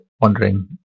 wondering